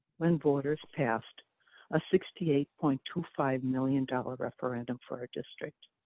when voters passed a sixty eight point two five million dollars referendum for our district.